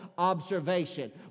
observation